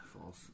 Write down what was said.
False